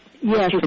Yes